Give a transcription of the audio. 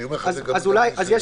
אני אומר לך את זה גם בדברים אחרים.